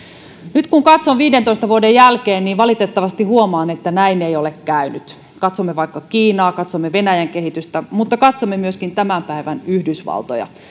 nyt kun katson viidentoista vuoden jälkeen valitettavasti huomaan että näin ei ole käynyt kun katsomme vaikka kiinaa katsomme venäjän kehitystä mutta katsomme myöskin tämän päivän yhdysvaltoja